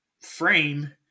frame